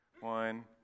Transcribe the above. One